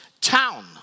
town